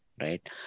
right